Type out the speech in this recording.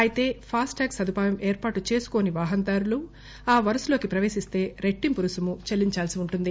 అయితే ఫాస్టాగ్ సదుపాయం ఏర్పాటు చేసుకోని వాహనదారులు ఆ వరుసలోకి ప్రవేశిస్తే రెట్టింపు రుసుము చెల్లించాల్పి ఉంటుంది